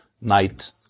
night